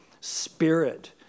spirit